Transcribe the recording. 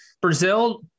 Brazil